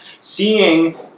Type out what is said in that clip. Seeing